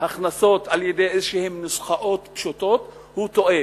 ההכנסות על-ידי נוסחאות פשוטות כלשהן טועה.